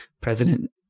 president